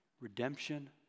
Redemption